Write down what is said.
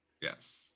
Yes